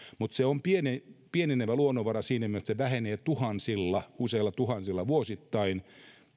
mutta se on pienenevä luonnonvara siinä mielessä että se vähenee useilla tuhansilla vuosittain